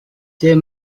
there